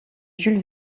jules